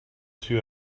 two